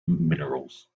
minerals